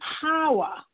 power